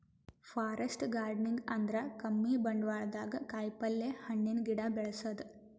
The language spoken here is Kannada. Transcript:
ಫಾರೆಸ್ಟ್ ಗಾರ್ಡನಿಂಗ್ ಅಂದ್ರ ಕಮ್ಮಿ ಬಂಡ್ವಾಳ್ದಾಗ್ ಕಾಯಿಪಲ್ಯ, ಹಣ್ಣಿನ್ ಗಿಡ ಬೆಳಸದು